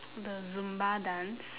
the zumba dance